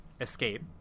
escape